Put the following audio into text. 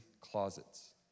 closets